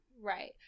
Right